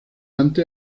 antes